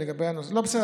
אנחנו מדברים על,